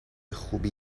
خوبی